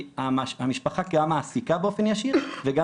שהמשפחה גם מעסיקה באופן ישיר וגם